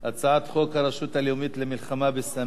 הצעת חוק הרשות הלאומית למלחמה בסמים